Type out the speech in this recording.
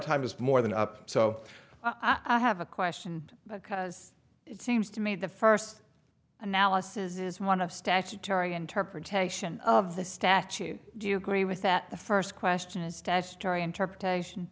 time is more than up so i have a question because it seems to me the first analysis is one of statutory interpretation of the statute do you agree with that the first question a statutory interpretation